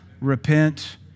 repent